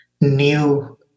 new